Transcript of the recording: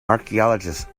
archaeologists